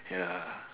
ya